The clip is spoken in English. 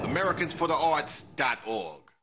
AmericansfortheArts.org